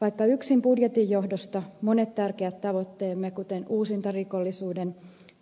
vaikka monet tärkeät tavoitteemme kuten uusintarikollisuuden